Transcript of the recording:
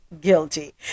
guilty